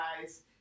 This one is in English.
guy's